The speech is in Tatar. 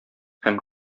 һәм